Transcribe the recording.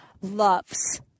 loves